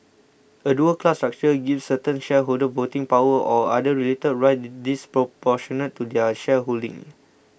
a dual class structure gives certain shareholders voting power or other related rights disproportionate to their shareholding